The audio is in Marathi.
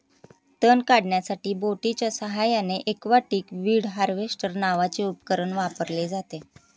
तण काढण्यासाठी बोटीच्या साहाय्याने एक्वाटिक वीड हार्वेस्टर नावाचे उपकरण वापरले जाते